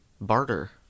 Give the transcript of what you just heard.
Barter